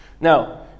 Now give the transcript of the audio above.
Now